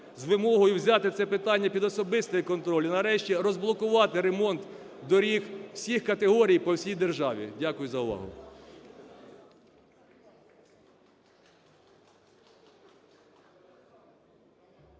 з вимогою взяти це питання під особистий контроль і, нарешті, розблокувати ремонт доріг всіх категорій по всій державі. Дякую за увагу.